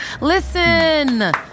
listen